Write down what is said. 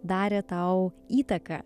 darė tau įtaką